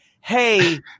hey